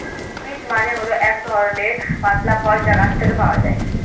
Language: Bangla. পিচ্ মানে হল এক ধরনের পাতলা ফল যা গাছ থেকে পাওয়া যায়